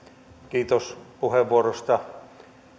kiitos puheenvuorosta